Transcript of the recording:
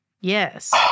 Yes